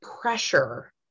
pressure